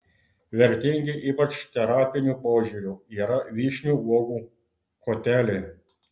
vertingi ypač terapiniu požiūriu yra vyšnių uogų koteliai